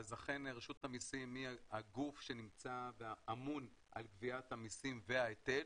אז אכן רשות המיסים היא הגוף שנמצא והאמון על גביית המיסים וההיטל,